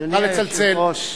אדוני היושב-ראש,